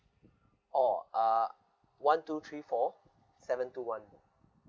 oh uh one two three four seven two one